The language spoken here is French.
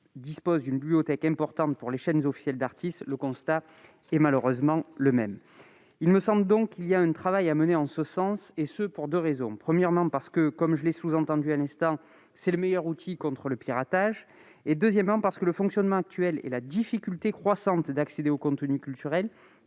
dispose d'une bibliothèque importante pour les chaînes officielles d'artistes, le constat est malheureusement le même. Il me semble donc qu'il y a un travail à mener en ce sens, et ce pour deux raisons. Premièrement, parce que, comme je l'ai sous-entendu à l'instant, c'est le meilleur outil contre le piratage et, deuxièmement, parce que le fonctionnement actuel et la difficulté croissante d'accéder au contenu culturel